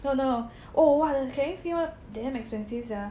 no no oh !wah! the caring skin one damn expensive sia